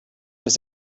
was